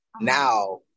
Now